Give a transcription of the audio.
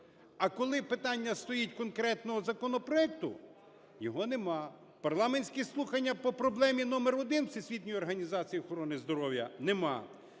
А коли питання стоїть конкретного законопроекту, його нема. Парламентські слухання по проблемі номер один Всесвітньої організації охорони здоров'я – нема.